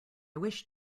wish